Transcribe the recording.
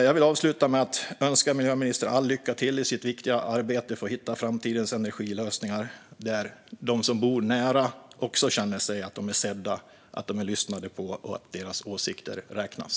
Jag vill avsluta med att önska miljöministern lycka till i hennes viktiga arbete för att hitta framtidens energilösningar, där de som bor nära också känner att de är sedda och lyssnade på och att deras åsikter räknas.